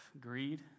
greed